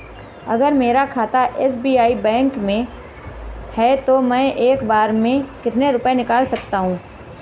अगर मेरा खाता एस.बी.आई बैंक में है तो मैं एक बार में कितने रुपए निकाल सकता हूँ?